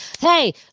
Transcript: Hey